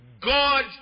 God